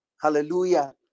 hallelujah